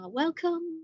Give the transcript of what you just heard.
welcome